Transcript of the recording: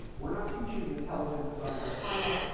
we're not teaching intelligent design in ohio.